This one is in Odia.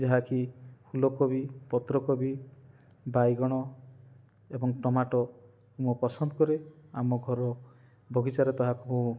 ଯାହାକି ଲୋକ ବି ପତ୍ରକୋବି ବାଇଗଣ ଏବଂ ଟମାଟୋ ମୁଁ ପସନ୍ଦକରେ ଆମ ଘର ବଗିଚାରେ ତାହାକୁ